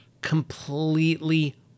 completely